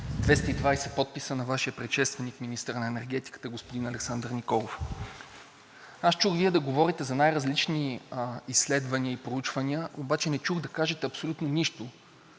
220 подписа на Вашия предшественик – министъра на енергетиката господин Александър Николов. Чух Вие да говорите за най-различни изследвания и проучвания, обаче не чух да кажете абсолютно нищо